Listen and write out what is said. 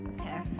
okay